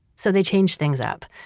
so they changed things up.